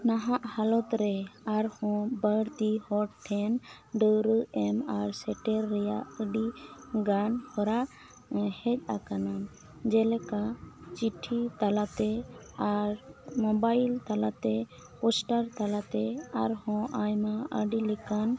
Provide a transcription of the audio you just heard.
ᱱᱟᱦᱟᱜ ᱦᱟᱞᱚᱛ ᱨᱮ ᱟᱨᱦᱚᱸ ᱵᱟᱹᱲᱛᱤ ᱦᱚᱲ ᱴᱷᱮᱱ ᱰᱟᱹᱣᱨᱟᱹᱜ ᱮᱢ ᱟᱨ ᱥᱮᱴᱮᱨ ᱨᱮᱭᱟᱜ ᱟᱹᱰᱤ ᱜᱟᱱ ᱦᱚᱨᱟ ᱦᱮᱡ ᱟᱠᱟᱱᱟ ᱡᱮ ᱞᱮᱠᱟ ᱪᱤᱴᱷᱤ ᱛᱟᱞᱟᱛᱮ ᱟᱨ ᱢᱳᱵᱟᱭᱤᱞ ᱛᱟᱞᱟᱛᱮ ᱯᱚᱥᱴᱟᱨ ᱛᱟᱞᱟᱛᱮ ᱟᱨᱦᱚᱸ ᱟᱭᱢᱟ ᱟᱹᱰᱤ ᱞᱮᱠᱟᱱ